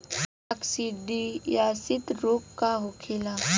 काकसिडियासित रोग का होखेला?